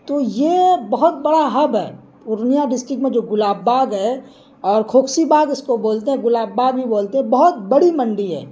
تو یہ بہت بڑا ہب ہے پورنیہ ڈسٹک میں جو گلاب باغ ہے اور کھوکھسی باغ اس کو بولتے ہیں گلاب باغ بھی بولتے ہیں بہت بڑی منڈی ہے